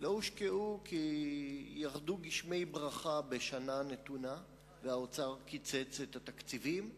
לא הושקעו כי ירדו גשמי ברכה בשנה נתונה והאוצר קיצץ את התקציבים.